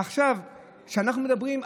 עכשיו כשאנחנו מדברים,